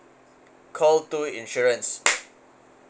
call two insurance